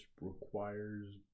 requires